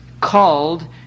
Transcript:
called